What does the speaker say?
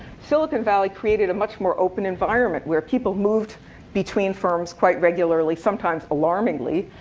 silicon valley created a much more open environment, where people moved between firms quite regularly, sometimes alarmingly,